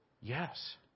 Yes